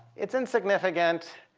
it's insignificant.